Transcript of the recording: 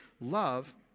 love—